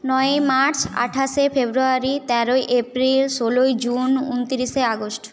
নয়ই মার্চ আঠাশে ফেব্রুয়ারি তেরোই এপ্রিল ষোলোই জুন উনতিরিশে আগস্ট